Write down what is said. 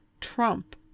Trump